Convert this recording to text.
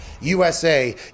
USA